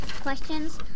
questions